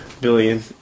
billion